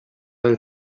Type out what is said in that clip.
del